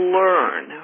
learn